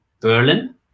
Berlin